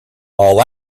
all